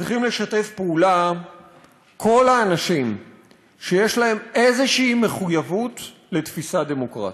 צריכים לשתף פעולה כל האנשים שיש להם מחויבות כלשהי לתפיסה דמוקרטית.